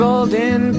Golden